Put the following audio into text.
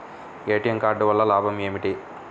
ATM card వల్ల లాభం ఏమిటి?